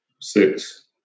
six